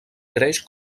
creix